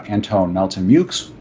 antonella temuco,